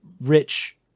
rich